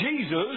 Jesus